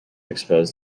expose